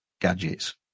gadgets